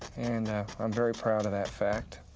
and i'm very proud of that fact.